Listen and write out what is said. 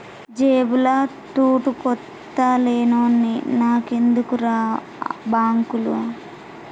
జేబుల తూటుకొత్త లేనోన్ని నాకెందుకుర్రా బాంకులు